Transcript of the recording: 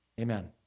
Amen